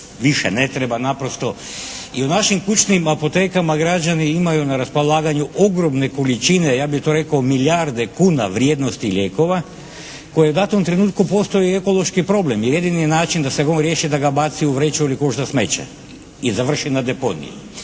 više ne treba naprosto i u našim kućnim apotekama građani imaju na raspolaganju ogromne količine ja bih to rekao milijarde kuna vrijednosti lijekova koji u datom trenutku postaje ekološki problem, jer jedini je način da se ga on riješi da ga baci u vreću ili koš za smeće i završi na deponiji.